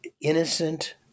innocent